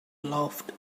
laughed